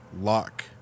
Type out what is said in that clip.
lock